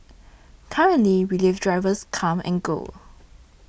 currently relief drivers come and go